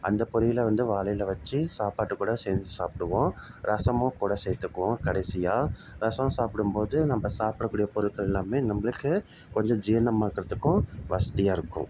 அந்த பொரியலை வந்து வாழை எலை வச்சு சாப்பாட்டு கூட சேர்ந்து சாப்பிடுவோம் ரசமும் கூட சேர்த்துக்குவோம் கடைசியாக ரசம் சாப்பிடும்போது நம்ம சாப்பிடக்கூடிய பொருட்கள் எல்லாமே வந்து நம்மளுக்கு கொஞ்சம் ஜீரணமாகிறதுக்கும் வசதியாக இருக்கும்